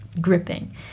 gripping